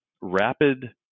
rapid